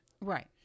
Right